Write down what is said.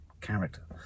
character